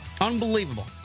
Unbelievable